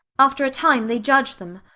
after a time they judge them.